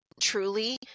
truly